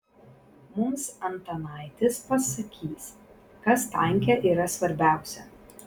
mums antanaitis pasakys kas tanke yra svarbiausia